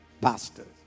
pastors